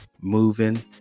moving